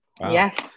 Yes